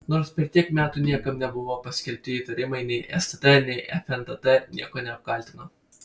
nors per tiek metų niekam nebuvo paskelbti įtarimai nei stt nei fntt nieko neapkaltino